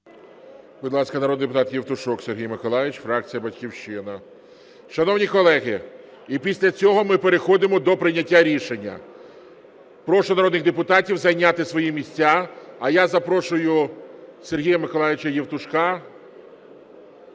Будь ласка, народний депутат Євтушок Сергій Миколайович, фракція "Батьківщина". Шановні колеги, і після цього ми переходимо до прийняття рішення. Прошу народних депутатів зайняти свої місця, а я запрошую Сергія Миколайовича Євтушка.